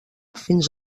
fins